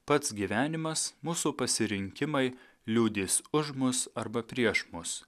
pats gyvenimas mūsų pasirinkimai liudys už mus arba prieš mus